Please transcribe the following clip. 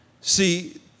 See